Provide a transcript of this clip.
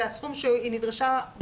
זה הסכום שהיא נדרשה בפועל.